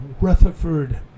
Rutherford